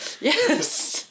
Yes